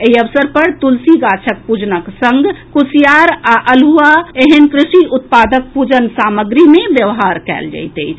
एहि अवसर पर तुलसी गाछक पूजनक संग कुसियार आ अल्हुआ एहेन कृषि उत्पादक पूजन सामग्री मे व्यवहार कयल जायत अछि